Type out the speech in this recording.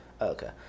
Okay